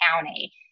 county